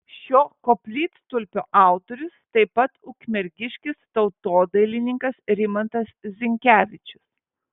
šio koplytstulpio autorius taip pat ukmergiškis tautodailininkas rimantas zinkevičius